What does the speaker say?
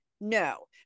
no